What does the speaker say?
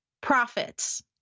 Profits